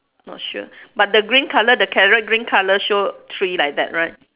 not sure but the green colour the carrot green colour show three like that right